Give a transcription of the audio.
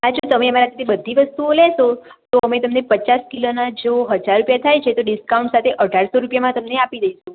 હા જો તમે અમારે ત્યાંથી બધી વસ્તુઓ લેશો તો અમે તમને પચાસ કિલોના જો હજાર રૂપિયા થાય છે તો ડિસ્કાઉન્ટ સાથે અઢારસો રૂપિયામાં તમને આપી દઈશું